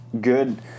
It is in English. good